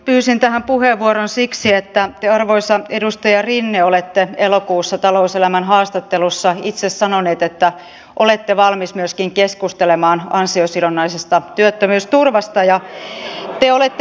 pyysin tähän puheenvuoron siksi että te arvoisa edustaja rinne olette elokuussa talouselämän haastattelussa itse sanonut että olette valmis myöskin keskustelemaan an siosidonnaisesta työttömyysturvasta